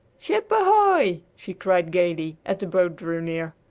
ship ahoy! she cried gayly as the boat drew near.